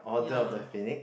ya